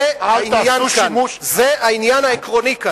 זה העניין העקרוני כאן.